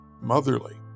motherly